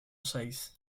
seis